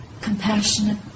compassionate